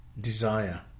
desire